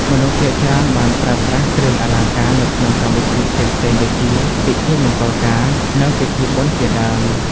មនុស្សភាគច្រើនបានប្រើប្រាស់គ្រឿងអលង្ការនៅក្នុងកម្មវិធីផ្សេងៗដូចជា ពិធីមង្គលការ និងពិធីបុណ្យជាដើម។